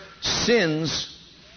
sins